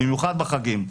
במיוחד בחגים.